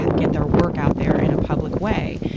get their work out there in a public way.